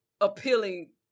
appealing